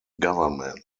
government